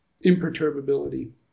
imperturbability